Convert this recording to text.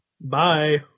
Bye